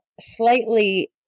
slightly